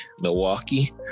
Milwaukee